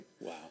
Wow